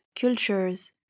cultures